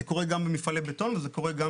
זה קורה גם במפעלי בטון וזה קורה גם